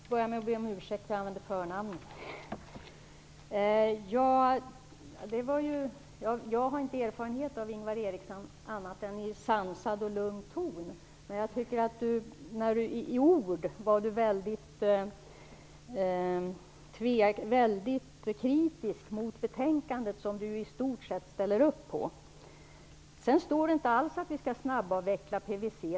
Fru talman! Jag får börja med att be om ursäkt för att jag använde förnamnen. Jag har ingen annan erfarenhet av Ingvar Eriksson än att han har en sansad och lugn ton. Men jag tyckte att han i ord var mycket kritisk mot betänkandet, som han i stort sett ställer upp på. Det står inte alls att vi skall snabbavveckla PVC.